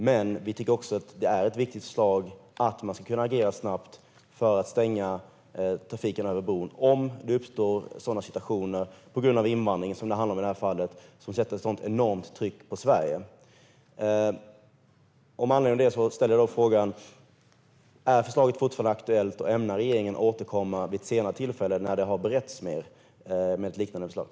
Men vi tycker också att det är ett viktigt förslag att man ska kunna agera snabbt för att stänga trafiken över bron om det uppstår situationer - till exempel på grund av invandring, som det handlar om i det här fallet - som sätter ett enormt tryck på Sverige. Med anledning av det ställer jag frågan: Är förslaget fortfarande aktuellt, och ämnar regeringen återkomma med ett liknande förslag vid ett senare tillfälle när det har beretts mer?